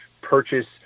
purchase